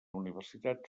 universitat